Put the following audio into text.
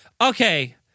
Okay